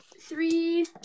three